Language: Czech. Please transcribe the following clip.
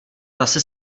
zase